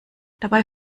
dabei